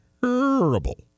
terrible